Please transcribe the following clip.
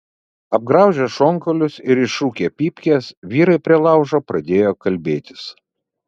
apgraužę šonkaulius ir išrūkę pypkes vyrai prie laužo pradėjo kalbėtis